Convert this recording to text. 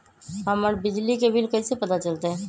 हमर बिजली के बिल कैसे पता चलतै?